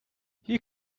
you